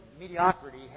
mediocrity